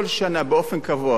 כל שנה באופן קבוע,